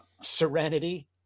serenity